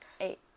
Eight